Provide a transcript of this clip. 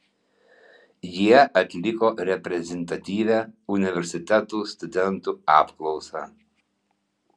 jie atliko reprezentatyvią universitetų studentų apklausą